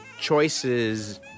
choices